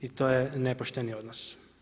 I to je nepošteni odnos.